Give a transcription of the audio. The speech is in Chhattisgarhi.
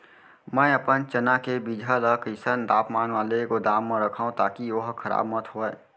मैं अपन चना के बीजहा ल कइसन तापमान वाले गोदाम म रखव ताकि ओहा खराब मत होवय?